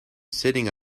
sitting